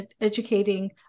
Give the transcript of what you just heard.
educating